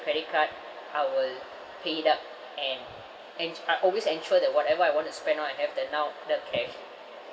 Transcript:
credit card I will pay it up and and I always ensure that whatever I want to spend on I have the now the cash